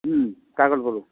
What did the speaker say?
Kakatpur